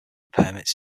permits